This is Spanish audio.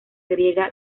griega